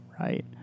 Right